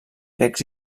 grecs